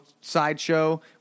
sideshow